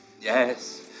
Yes